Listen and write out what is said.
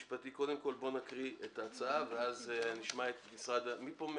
קודם כול בוא נקריא את ההצעה ואז נשמע את משרד הפנים.